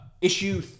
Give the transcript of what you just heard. Issue